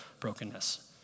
brokenness